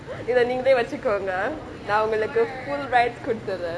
இத நீங்கலே வெச்சிக்கோங்க நா உங்களுக்கு:ithe ninggalae vechikonge naa ungaluku full rights கொடுத்துர்ரே:koduthurae